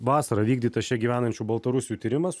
vasarą vykdytas čia gyvenančių baltarusių tyrimas